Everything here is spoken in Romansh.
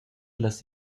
las